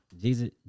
Jesus